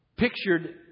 pictured